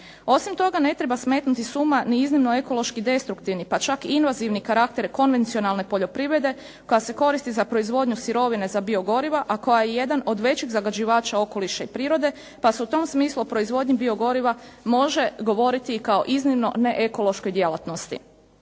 Osim toga, ne treba smetnuti s uma ni iznimno ekološki destruktivni pa čak i invazivni karakter konvencionalne poljoprivrede koja se koristi za proizvodnju sirovine za biogoriva a koja je jedan od većih zagađivača okoliša i prirode pa se u tom smislu o proizvodnji biogoriva može govoriti i kao iznimno neekološkoj djelatnosti.